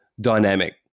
dynamic